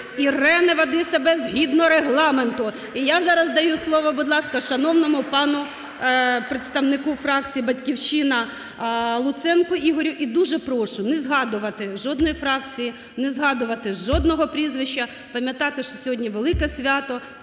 Ірина, веди себе, згідно Регламенту. І я зараз даю слово, будь ласка, шановному пану представнику фракції "Батьківщина" Луценко Ігорю. І дуже прошу не згадувати жодної фракції, не згадувати жодного прізвища, пам'ятати, що сьогодні велике свято,